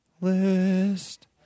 List